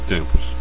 Tempos